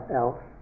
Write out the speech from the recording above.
else